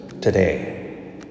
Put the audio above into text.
today